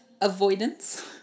avoidance